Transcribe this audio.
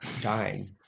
dying